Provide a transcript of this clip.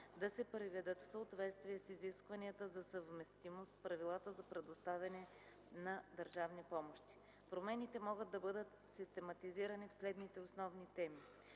да се приведат в съответствие с изискванията за съвместимост с правилата за предоставяне на държавни помощи. Промените могат да бъдат систематизирани в следните основни теми: